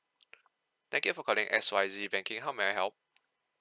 thank you for calling X Y Z banking how may I help